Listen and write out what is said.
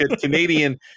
canadian